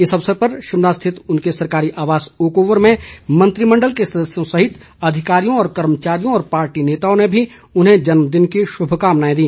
इस अवसर पर शिमला स्थित उनके सरकारी आवास ओकओवर में मंत्रिमण्डल के सदस्यों सहित अधिकारियों व कर्मचारियों और पार्टी नेताओं ने भी उन्हें जन्मदिन की शुभकामनाएं दी